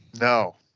No